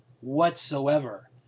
whatsoever